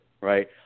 right